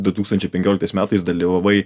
du tūkstančiai penkioliktais metais dalyvavai